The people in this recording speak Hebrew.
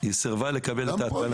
היא סירבה לקבל את ההתקנה.